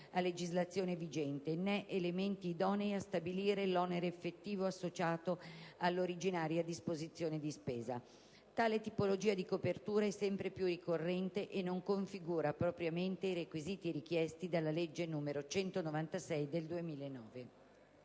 a legislazione vigente, né elementi idonei a stabilire l'onere effettivo associato all'originaria disposizione di spesa. Tale tipologia di copertura è sempre più ricorrente e non configura propriamente i requisiti richiesti dalla legge n. 196 del 2009.